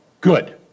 Good